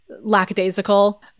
Lackadaisical